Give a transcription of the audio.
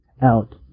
out